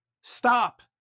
stop